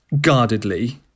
guardedly